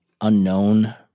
unknown